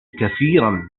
كثيرًا